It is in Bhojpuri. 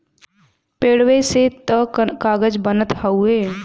पेड़वे से त कागज बनत हउवे